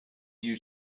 you